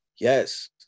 Yes